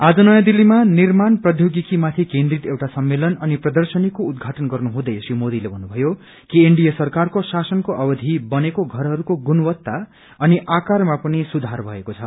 आज नयोँ दिल्लीमा निर्माण प्रीय्वीगिकी माथि केन्द्रित एउटा सम्मेलन अनि प्रर्दशनीको उद्घाटन गर्नु हुँदै श्री मोदीले भन्नुमयो कि एनडीए सरकारको शासनको अवधि बनेको घरहरूको गुणवत्ता अनि आकारमा पनि सुधार भएको छ